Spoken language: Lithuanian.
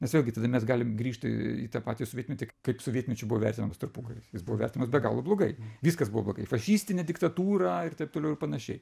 mes vėlgi tada mes galim grįžt tą patį sovietmetį kaip sovietmečiu buvo vertinamas tarpukaris buvo vertinamas be galo blogai viskas buvo blogai fašistinė diktatūra ir taip toliau ir panašiai